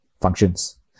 functions